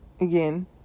Again